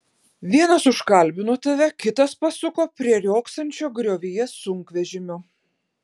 vienas užkalbino tave kitas pasuko prie riogsančio griovyje sunkvežimio